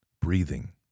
breathing